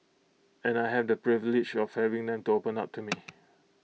and I have the privilege of having them to open up to me